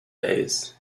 fays